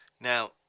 Now